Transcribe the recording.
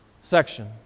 section